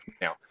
now